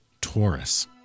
Taurus